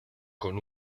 con